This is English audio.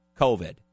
COVID